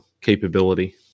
capability